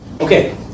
Okay